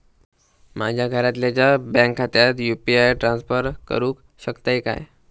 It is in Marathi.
माझ्या घरातल्याच्या बँक खात्यात यू.पी.आय ट्रान्स्फर करुक शकतय काय?